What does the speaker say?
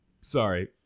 Sorry